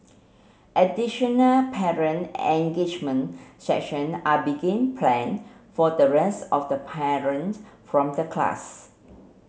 additional parent engagement session are begin plan for the rest of the parents from the class